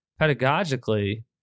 pedagogically